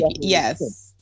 yes